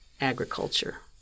agriculture